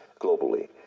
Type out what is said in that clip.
globally